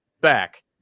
back